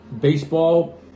baseball